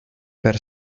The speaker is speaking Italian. per